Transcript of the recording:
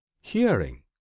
hearing